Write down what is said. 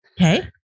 Okay